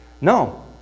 No